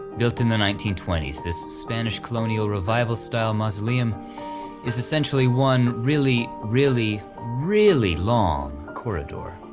built in the nineteen twenty s this spanish colonial revival style mausoleum is essentially one really really really long corridor,